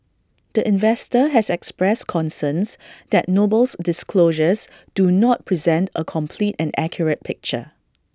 the investor has expressed concerns that Noble's disclosures do not present A complete and accurate picture